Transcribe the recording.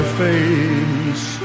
face